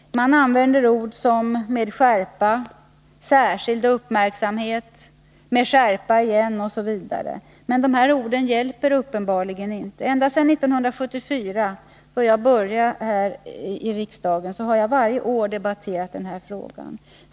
Man använder ord som ”med skärpa”, ”särskild uppmärksamhet”, ”med skärpa” igen osv. Men dessa ord hjälper uppenbarligen inte. Ända sedan 1974, då jag började här i riksdagen, har jag varje år debatterat denna fråga.